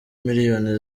miliyoni